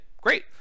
great